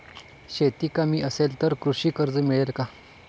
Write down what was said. शेती कमी असेल तर कृषी कर्ज मिळेल का?